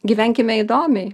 gyvenkime įdomiai